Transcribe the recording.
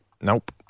Nope